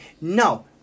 No